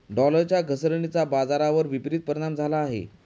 डॉलरच्या घसरणीचा बाजारावर विपरीत परिणाम झाला आहे